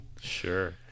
sure